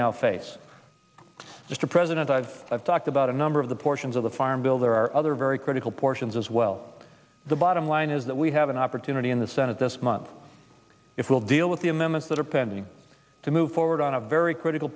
now face mr president i've talked about a number of the portions of the farm bill there are other very critical portions as well the bottom line is that we have an opportunity in the senate this month it will deal with the amendments that are pending to move forward on a very critical